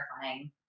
terrifying